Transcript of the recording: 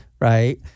right